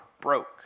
broke